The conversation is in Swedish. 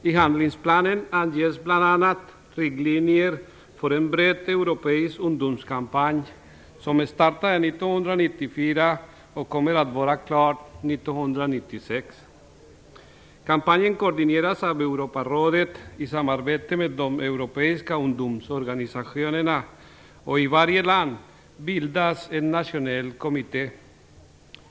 I handlingsplanen anges bl.a. riktlinjer för en bred europeisk ungdomskampanj, som startade 1994 och kommer att vara klar 1996. Kampanjen koordineras av Europarådet i samarbete med de europeiska ungdomsorganisationerna, och i varje land bildas en nationell kommitté.